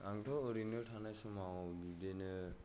आंथ' ओरैनो थानाय समाव बिदिनो